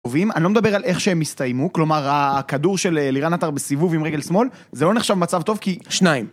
אני לא מדבר על איך שהם הסתיימו. כלומר, הכדור של אלירן עטר בסיבוב עם רגל שמאל, זה לא נחשב מצב טוב כי... שניים.